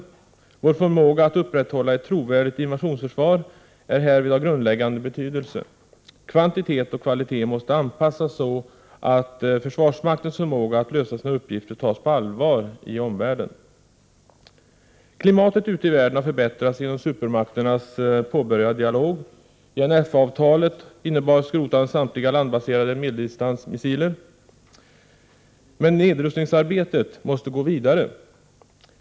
Vår förmåga att upprätthålla ett trovärdigt invationsförsvar är härvid av grundläggande betydelse. Kvantitet och kvalitet måste anpassas så, att försvarsmaktens förmåga att lösa sina uppgifter tas på allvar i omvärlden. Klimatet ute i världen har förbättrats genom supermakternas påbörjade dialog. INF-avtalet innebar skrotande av samtliga landbaserade medeldistansmissiler. Men nedrustningsarbetet måste gå vidare.